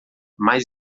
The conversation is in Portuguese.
mais